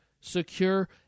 secure